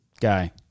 guy